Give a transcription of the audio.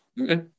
Okay